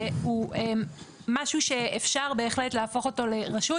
שהוא משהו שאפשר בהחלט להפוך אותו לרשות.